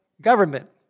government